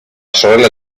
sorella